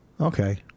Okay